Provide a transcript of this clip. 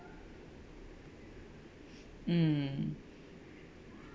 mm